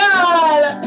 God